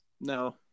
No